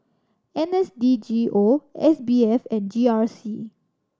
N S D G O S B F and G R C